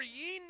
ye